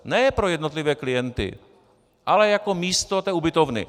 Ne pro jednotlivé klienty, ale jako místo té ubytovny.